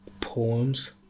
poems